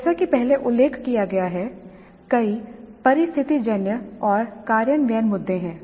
जैसा कि पहले उल्लेख किया गया है कई परिस्थितिजन्य और कार्यान्वयन मुद्दे हैं